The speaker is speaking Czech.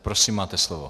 Prosím, máte slovo.